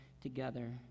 together